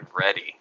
ready